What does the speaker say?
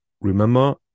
remember